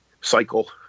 cycle